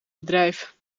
bedrijf